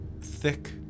Thick